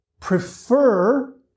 prefer